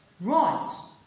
right